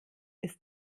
ist